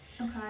Okay